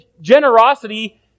generosity